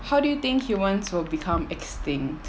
how do you think humans will become extinct